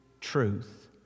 truth